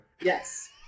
yes